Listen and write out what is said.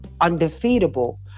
undefeatable